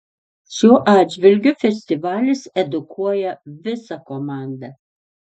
šiuo atžvilgiu festivalis edukuoja visą komandą